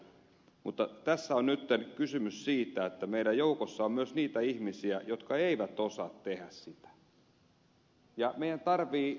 mutta tässä on nyt kysymys siitä että meidän joukossa on myös niitä ihmisiä jotka eivät osaa tehdä sitä